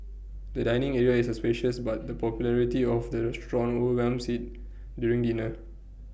the dining area is spacious but the popularity of the restaurant overwhelms IT during dinner